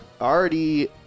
already